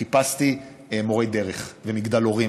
חיפשתי מורי דרך ומגדלורים,